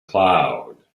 cloud